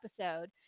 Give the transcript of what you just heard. episode